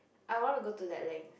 I would wanna go to that length